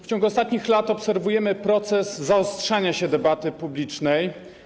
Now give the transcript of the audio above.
W ciągu ostatnich lat obserwowaliśmy proces zaostrzania się debaty publicznej.